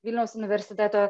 vilniaus universiteto